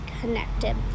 connected